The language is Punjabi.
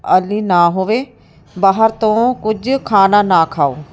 ਆਦਿ ਨਾ ਹੋਵੇ ਬਾਹਰ ਤੋਂ ਕੁਝ ਖਾਣਾ ਨਾ ਖਾਓ